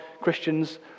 Christians